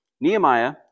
Nehemiah